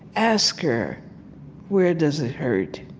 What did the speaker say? ask her where does it hurt?